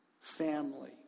Family